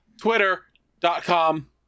twitter.com